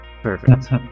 perfect